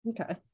okay